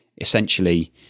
essentially